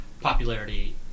popularity